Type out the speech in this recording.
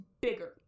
bigger